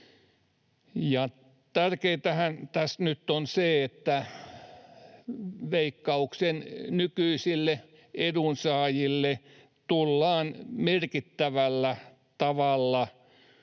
Tärkeintähän tässä nyt on se, että Veikkauksen nykyisille edun-saajille tullaan pitämään